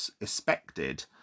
expected